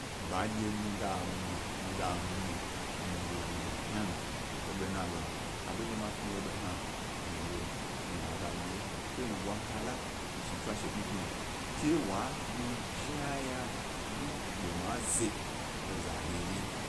Bandye, mi ga myi mi ga mu mi lo nyi yna hna, e bena lo aḃondye mi tnaye ḃo hna, milo mi la ḃa ewye ke mi ḃwa kala mi snu tswash tnutnu ke wa mi jnaya do ge mi ze eza riri.